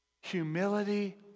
Humility